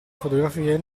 fotografie